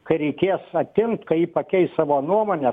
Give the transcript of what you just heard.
kai reikės atimt kai ji pakeis savo nuomones